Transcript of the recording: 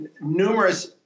numerous